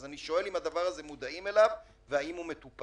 אז אני שואל אם מודעים לדבר הזה והאם הוא מטופל.